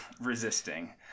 resisting